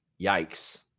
yikes